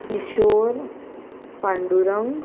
Kishore Pandurang